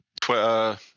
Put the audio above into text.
Twitter